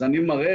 אז אני מראה